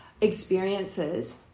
experiences